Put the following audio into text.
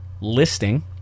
listing